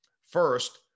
First